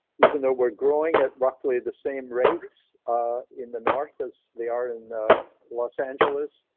even though we're growing at roughly the same rates in the north as they are in los angeles.